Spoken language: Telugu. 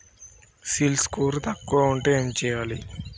సిబిల్ స్కోరు తక్కువ ఉంటే ఏం చేయాలి?